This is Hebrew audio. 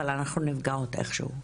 אבל אנחנו נפגעות איכשהו,